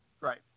Right